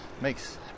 makes